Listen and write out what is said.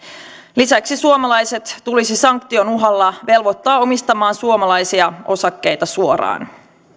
lisäksi suomalaiset tulisi sanktion uhalla velvoittaa omistamaan suomalaisia osakkeita suoraan